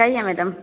कहिए मैडम